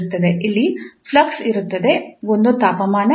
ಇಲ್ಲಿ ಫ್ಲಕ್ಸ್ ಇರುತ್ತದೆ ಒಂದೋ ತಾಪಮಾನ ಶಕ್ತಿ